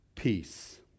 Peace